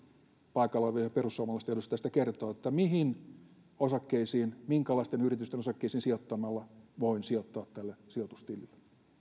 paikalla olevien perussuomalaisten edustajista kertoo että mihin osakkeisiin minkälaisten yritysten osakkeisiin sijoittamalla voin sijoittaa tälle sijoitustilille